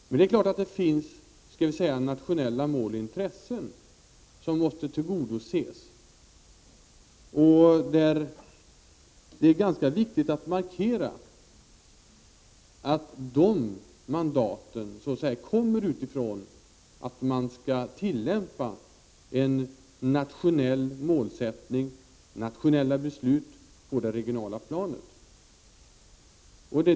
Det är självklart att det finns nationella mål och intressen som måste tillgodoses. Det är ganska viktigt att markera att man genom de mandat som så att säga kommer utifrån skall tillämpa en nationell målsättning och genomföra nationella beslut på det regionala planet.